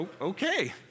okay